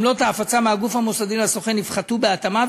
עמלות ההפצה מהגוף המוסדי לסוכן יופחתו בהתאמה,